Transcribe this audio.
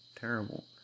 terrible